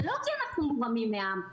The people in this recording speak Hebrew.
לא כי אנחנו מורמים מעם,